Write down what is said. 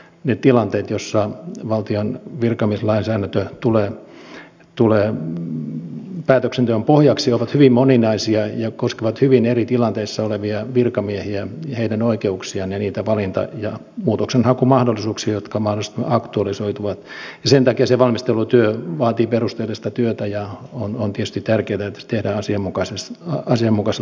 ne tilanteet joissa valtion virkamieslainsäädäntö tulee päätöksenteon pohjaksi ovat hyvin moninaisia ja koskevat hyvin eri tilanteissa olevia virkamiehiä heidän oikeuksiaan ja niitä valinta ja muutoksenhakumahdollisuuksia jotka mahdollisesti aktualisoituvat ja sen takia se valmistelutyö vaatii perusteellista työtä ja on tietysti tärkeätä että se tehdään asianmukaisella huolellisuudella